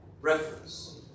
reference